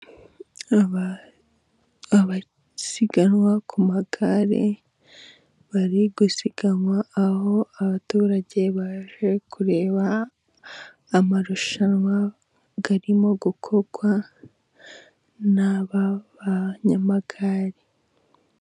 Abasiganwa ku magare bari gusiganwa ,aho abaturage baje kureba amarushanwa arimo gukorwa n 'aba banyamagare.